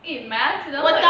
eh max is the one